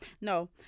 No